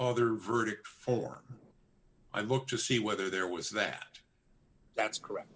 other verdict form i look to see whether there was that that's correct